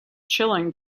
chilling